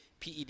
PED